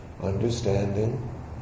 understanding